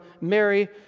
Mary